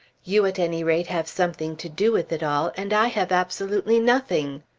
you at any rate have something to do with it all, and i have absolutely nothing.